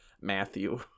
Matthew